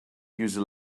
user